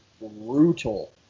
brutal